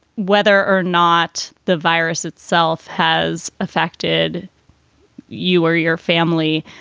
whether or not the virus itself has affected you or your family.